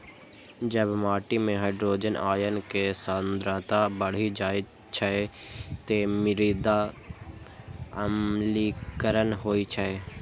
जब माटि मे हाइड्रोजन आयन के सांद्रता बढ़ि जाइ छै, ते मृदा अम्लीकरण होइ छै